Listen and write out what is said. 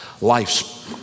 life's